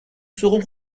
serons